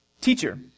Teacher